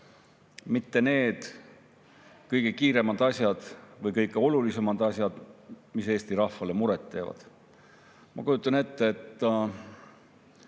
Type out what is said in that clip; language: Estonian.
mitte need kõige kiire[loomulisemad] või kõige olulisemad asjad, mis Eesti rahvale muret teevad. Ma kujutan ette, et